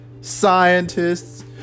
scientists